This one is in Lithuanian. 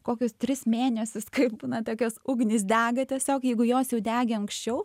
kokius tris mėnesius kai būna tokios ugnis dega tiesiog jeigu jos jau degė anksčiau